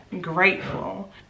grateful